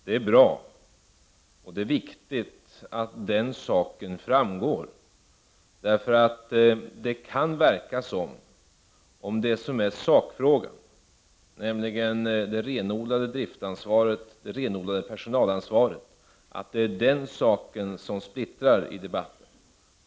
Det är bra, och det är viktigt att den saken framgår, för det kan verka som om sakfrågan, nämligen det renodlade driftansvaret, det renodlade personalansvaret, är det som splittrar debatten.